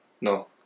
No